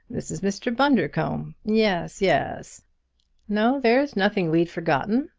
this is mr. bundercombe. yes, yes no, there's nothing we'd forgotten.